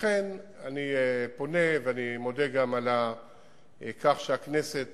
לכן אני פונה, ואני מודה גם על כך שהכנסת